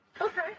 Okay